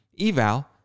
eval